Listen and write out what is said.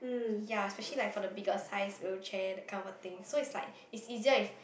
ya especially like for the bigger size wheelchair that kind of a thing so it's like it's easier if